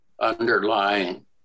underlying